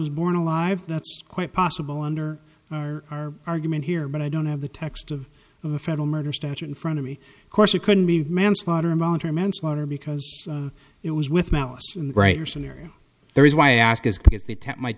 was born alive that's quite possible under our argument here but i don't have the text of a federal murder statute in front of me of course it couldn't be manslaughter involuntary manslaughter because it was with malice in the greater scenario there is why i ask is because the might